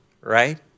right